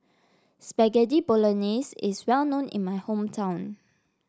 Spaghetti Bolognese is well known in my hometown